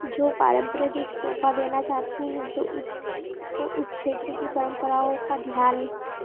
और जो पारंपरिक तोहफा देना चाहते हैं तो उसको उस क्षेत्र के परम्पराओं का ध्यान